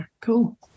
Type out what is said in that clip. cool